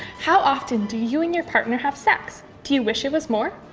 how often do you and your partner have sex? do you wish it was more?